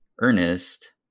Ernest